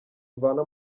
mvana